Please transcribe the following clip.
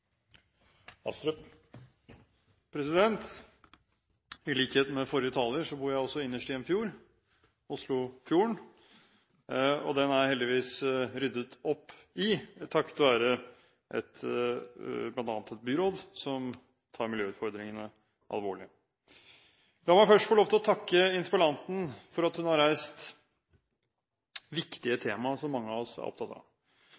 bor jeg også innerst i en fjord, Oslofjorden. Den er heldigvis ryddet opp i, takket være bl.a. et byråd som tar miljøutfordringene alvorlig. La meg først få lov til å takke interpellanten for at hun har reist viktige tema som mange av oss er opptatt av.